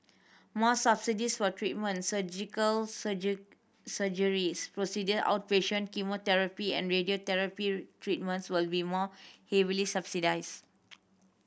more subsidies for treatment Surgical surgeries procedure outpatient chemotherapy and radiotherapy treatments will be more heavily subsidised